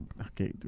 Okay